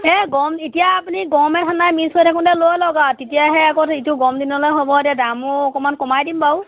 এই গৰম এতিয়া আপুনি গৰমে ঠাণ্ডাই মিক্স হৈ থাকোঁতে লৈ লওক আৰু তেতিয়াহে আকৌ এইটো গৰম দিনলৈ হ'ব এতিয়া দামো অকণমান কমাই দিম বাৰু